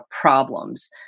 problems